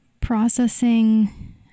processing